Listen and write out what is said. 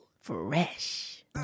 fresh